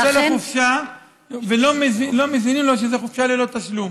יוצא לחופשה ולא מזינים לו שזה חופשה ללא תשלום.